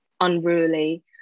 unruly